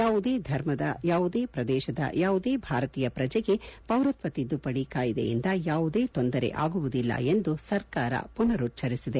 ಯಾವುದೇ ಧರ್ಮದ ಯಾವುದೇ ಪ್ರದೇಶದ ಯಾವುದೇ ಭಾರತೀಯ ಪ್ರಜೆಗೆ ಪೌರತ್ವ ತಿದ್ದುಪಡಿ ಕಾಯಿದೆಯಿಂದ ಯಾವುದೇ ತೊಂದರೆ ಆಗುವುದಿಲ್ಲ ಎಂದು ಸರ್ಕಾರ ಪುನರುಚ್ಚರಿಸಿದೆ